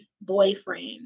boyfriend